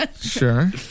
Sure